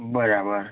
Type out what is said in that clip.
બરાબર